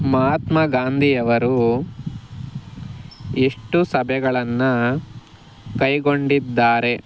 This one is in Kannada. ಮಹಾತ್ಮ ಗಾಂಧಿಯವರೂ ಎಷ್ಟು ಸಭೆಗಳನ್ನ ಕೈಗೊಂಡಿದ್ದಾರೆ